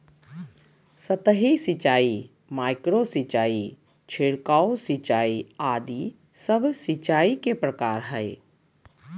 सतही सिंचाई, माइक्रो सिंचाई, छिड़काव सिंचाई आदि सब सिंचाई के प्रकार हय